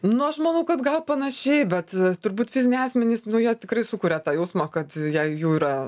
nu aš manau kad gal panašiai bet turbūt fiziniai asmenys nu jie tikrai sukuria tą jausmą kad jei jų yra